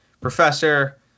professor